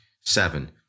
Seven